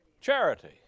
Charity